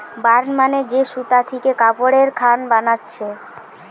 burn মানে যে সুতা থিকে কাপড়ের খান বানাচ্ছে